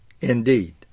indeed